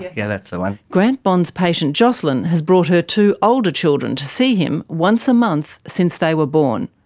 yeah that's the one. grant bond's patient jocelyn has brought her two older children to see him once a month since they were born.